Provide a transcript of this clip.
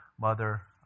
Mother